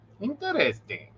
Interesting